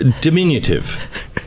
diminutive